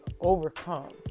overcome